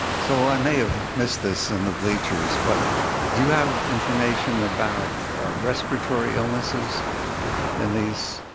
so i may have missed this in the bleachers, but do you have information about respiratory illnesses in these